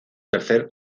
tercer